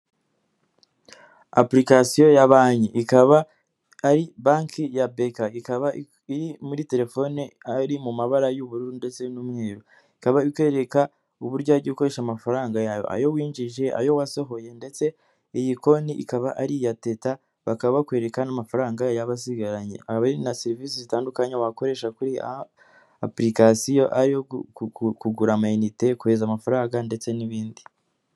Apurikasiyo ya banki ikaba ari banki ya Beka ikaba iri muri telefone ari mu mabara y'ubururu ndetse n'umweru, ikaba ikwereka uburyo wagiye ukoresha amafaranga yawe ayo winjije, ayo wasohoye ndetse iyi konti ikaba ari iya Teta bakaba bakwereka n'amafaranga waba usigagaranye, hari ari na serivisi zitandukanye wakoresha kuri apurikasiyo ariyo kugura amayinite, kohereza amafaranga ndetse n'ibindi.